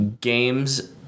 games